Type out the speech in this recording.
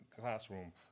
classroom